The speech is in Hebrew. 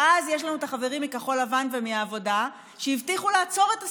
ואז יש לנו את החברים מכחול לבן ומהעבודה שהבטיחו לעצור את הסיפוח.